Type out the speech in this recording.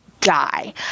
die